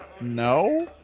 No